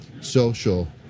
social